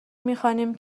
میخوانیم